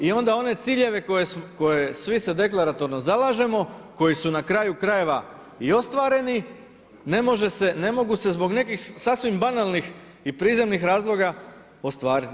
I onda one ciljeve za koje svi se deklaratorno zalažemo, koji su na kraju krajeva i ostvareni, ne mogu se zbog nekih sasvim banalnih i prizemnih razloga ostvariti.